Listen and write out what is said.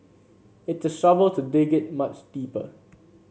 it's a shovel to dig it much deeper